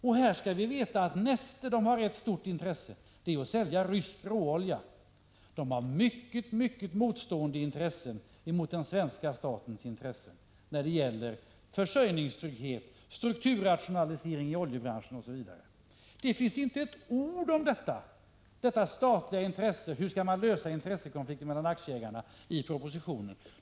Vi skall veta att Neste har rätt stort intresse av att sälja rysk råolja, och det företaget har intressen som är mycket motstående svenska statens när det gäller försörjningstrygghet, strukturrationalisering i oljebranschen osv. I propositionen finns det inte ett ord om hur man vill lösa intressekonflikten mellan aktieägarna.